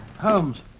Holmes